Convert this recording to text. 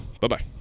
bye-bye